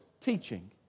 teaching